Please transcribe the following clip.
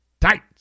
Tight